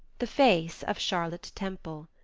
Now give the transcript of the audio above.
the face of charlotte temple.